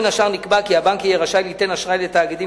בין השאר נקבע כי הבנק יהיה רשאי ליתן אשראי לתאגידים